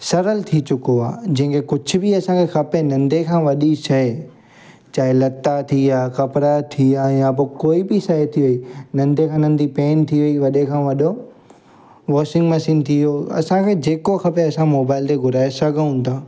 सरल थी चुको आहे जीअं की कुझु बि असांखे खपे नंढे खां वॾी शइ चाहे लटा थी विया कपिड़ा थी विया या पोइ कोई बि शइ थी वेई नंढे खां नंढी पेन थी वेई वॾे खां वॾो वॉशिंग मशीन थी वियो असांखे जेको खपे असां मोबाइल ते घुराए सघूं था